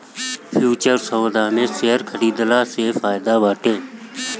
futures सौदा के share खरीदला में फायदा बाटे